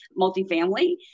multifamily